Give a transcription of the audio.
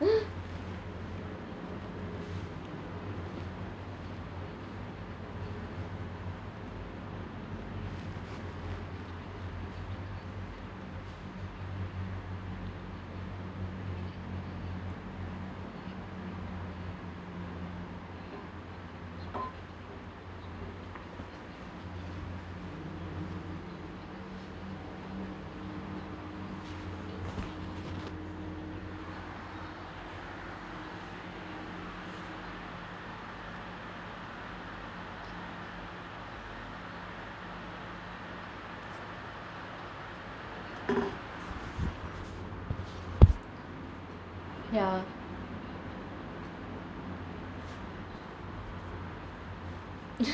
ya